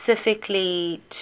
Specifically